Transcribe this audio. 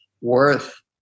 worth